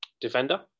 defender